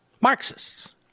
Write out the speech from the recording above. Marxists